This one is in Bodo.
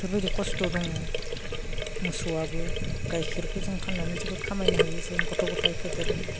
बेफोरबायदि कस्त' दङ मोसौआबो गाइखेरखौ जों फाननानै जोबोद खामायनो हायो जों गथ' गथाय फेदेर